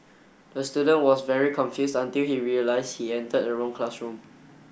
the student was very confused until he realized he entered the wrong classroom